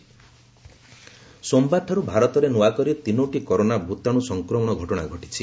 ଡିକିସିଏ corona ସୋମବାରଠାରୁ ଭାରତରେ ନୂଆକରି ତିନୋଟି କରୋନା ଭୂତାଣୁ ସଂକ୍ରମଣ ଘଟଣା ଘଟିଛି